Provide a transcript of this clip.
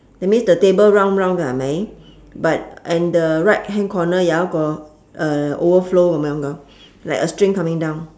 that means the table round round hai mai but and the right hand corner jau jat go uh overflow hai mai gam gong like a string coming down